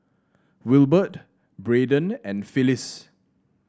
Wilbert Braeden and Phylis